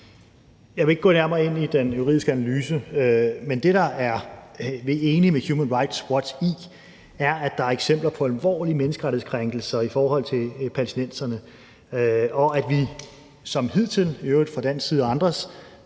Jeg vil ikke gå nærmere ind i den juridiske analyse, men det, vi er enige med Human Rights Watch i, er, at der er eksempler på alvorlige menneskerettighedskrænkelser i forhold til palæstinenserne, og at vi som hidtil, i øvrigt fra dansk side og andres,